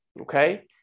Okay